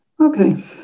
Okay